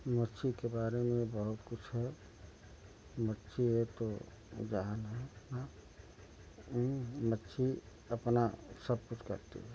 मच्छी के बारे में बहुत कुछ है मच्छी है तो जहान है मछली अपना सब कुछ करती है